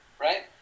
right